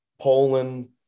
Poland